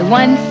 one